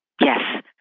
Yes